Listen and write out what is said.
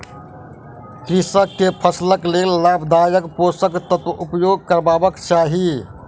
कृषक के फसिलक लेल लाभदायक पोषक तत्वक उपयोग करबाक चाही